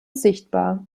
sichtbar